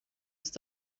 ist